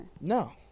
No